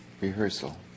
rehearsal